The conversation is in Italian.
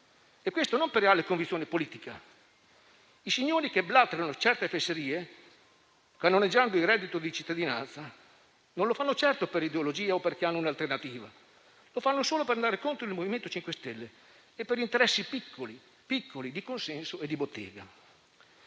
e non per reale convinzione politica. I signori che blaterano certe fesserie, cannoneggiando il reddito di cittadinanza, lo fanno non certo per ideologia o perché hanno un'alternativa, ma solo per andare contro il MoVimento 5 Stelle e per interessi piccoli di consenso e bottega.